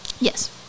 yes